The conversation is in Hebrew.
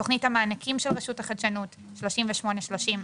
תכנית המענקים של רשות החדשנות 383002,